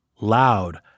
Loud